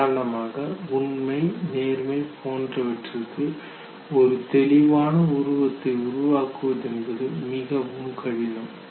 உதாரணமாக உண்மை நேர்மை போன்றவற்றிற்கு ஒரு தெளிவான உருவத்தை உருவாக்குவது என்பது மிகவும் கடினம்